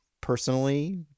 personally